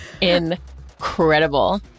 Incredible